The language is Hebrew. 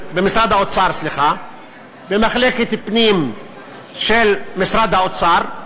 האוצר, ממחלקת פנים של משרד האוצר,